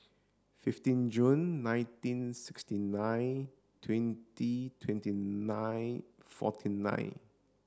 fifteen Jun nineteen sixty nine twenty twenty nine forty nine